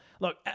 look